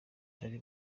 tony